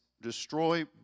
destroy